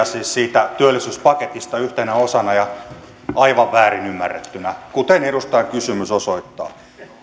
siis siitä työllisyyspaketista yhtenä osana ja aivan väärin ymmärrettynä kuten edustajan kysymys osoittaa